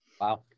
Wow